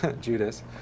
Judas